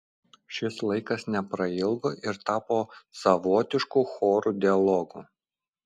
šis laikas neprailgo ir tapo savotišku chorų dialogu